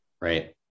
right